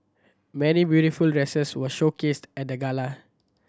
many beautiful dresses were showcased at the gala